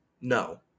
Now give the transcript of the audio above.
no